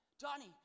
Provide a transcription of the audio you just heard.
Johnny